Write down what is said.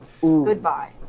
goodbye